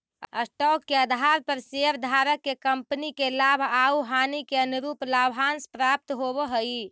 stock के आधार पर शेयरधारक के कंपनी के लाभ आउ हानि के अनुरूप लाभांश प्राप्त होवऽ हई